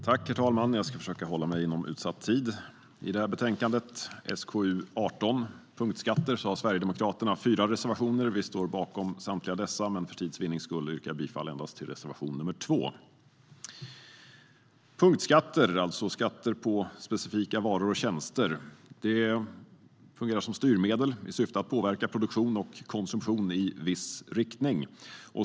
Herr talman! Jag ska försöka hålla mig inom utsatt tid. I detta betänkande, SkU18 Punktskatter , har Sverigedemokraterna fyra reservationer. Vi står bakom samtliga dessa, men för tids vinnande yrkar jag bifall endast till reservation 2. Punktskatter, skatter på specifika varor och tjänster, fungerar som styrmedel i syfte att påverka produktion och konsumtion i en viss riktning.